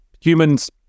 humans